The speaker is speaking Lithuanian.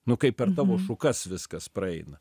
nu kai per tavo šukas viskas praeina